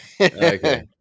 Okay